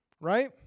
right